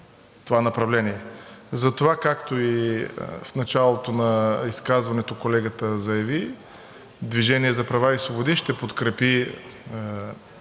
това направление. Затова, както и в началото на изказването колегата заяви, „Движение за права и свободи“ ще подкрепи тази